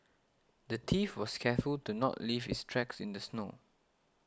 the thief was careful to not leave his tracks in the snow